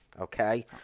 Okay